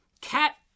Cat